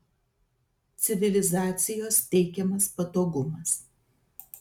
civilizacijos teikiamas patogumas